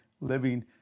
living